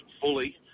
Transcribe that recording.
fully